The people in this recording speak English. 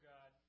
God